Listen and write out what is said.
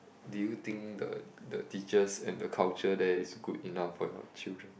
do you think the the teachers and the culture there is good enough for your children